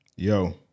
Yo